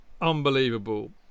unbelievable